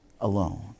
alone